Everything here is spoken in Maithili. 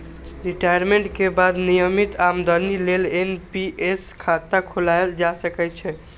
रिटायमेंट के बाद नियमित आमदनी लेल एन.पी.एस खाता खोलाएल जा सकै छै